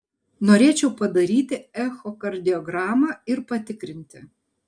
norėčiau padaryti echokardiogramą ir patikrinti